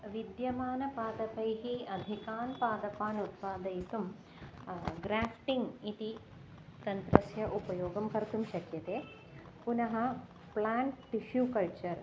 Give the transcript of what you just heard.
विद्यमानैः पादपैः अधिकान् पादपान् उत्पादयितुं ग्र्याफ़्टिङ्ग् इति तन्त्रस्य उपयोगं कर्तुं शक्यते पुनः प्लान्ट् टिश्शु कल्चर्